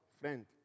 friend